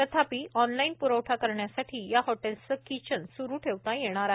तथापि ऑनलाइन पुरवठा करण्यासाठी या हॉटेल्सचे किचन स्रू ठेवता येणार आहे